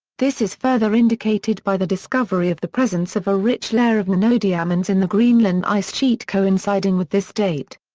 this is further indicated by the discovery of the presence of a rich layer of nanodiamonds in the greenland ice sheet coinciding with this date.